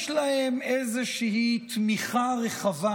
יש להם איזושהי תמיכה רחבה,